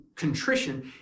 Contrition